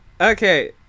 okay